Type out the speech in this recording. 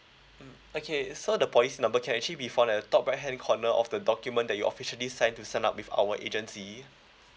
mm okay so the points number can actually be found at the top right hand corner of the document that you officially signed to sign up with our agency